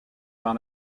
par